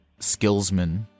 skillsman